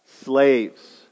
Slaves